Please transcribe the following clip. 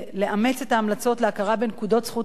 ההמלצות להכרה בנקודת זכות אקדמיות.